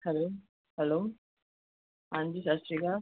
hello hello ਹਾਂਜੀ ਸਤਿ ਸ਼੍ਰੀ ਅਕਾਲ